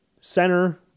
Center